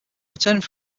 returning